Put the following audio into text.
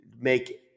make